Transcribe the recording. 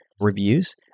reviews